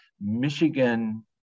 Michigan